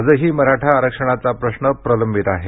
आजही मराठा आरक्षणाचा प्रश्न प्रलंबित आहे